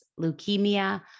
leukemia